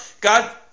God